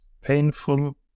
painful